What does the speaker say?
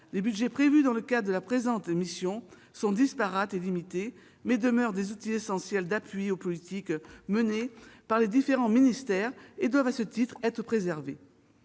et social prévus dans le cadre de la présente mission sont disparates et limités, mais ils demeurent des outils essentiels d'appui aux politiques menées par les différents ministères. À ce titre, ils doivent être préservés.